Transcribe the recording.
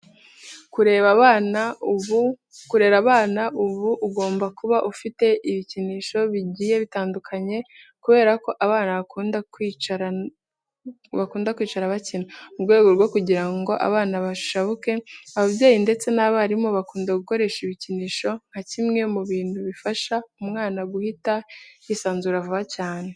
Kurera abana uba ugomba kuba ufite ibikinisho bigiye bitandukanye kubera ko abana bakunda kwicara bakina. Mu rwego rwo kugira ngo abana bashabuke, ababyeyi ndetse n'abarimu bakunda gukoresha ibikinisho nka kimwe mu bintu bifasha umwana guhita yisanzura vuba cyane.